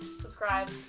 subscribe